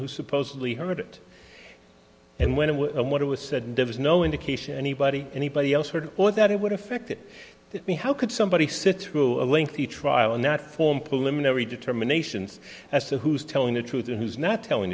who supposedly heard it and when it was what was said and there was no indication anybody anybody else heard or that it would affect me how could somebody sit through a lengthy trial and not form pullum in every determinations as to who's telling the truth and who's not telling